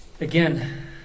Again